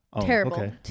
Terrible